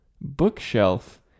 bookshelf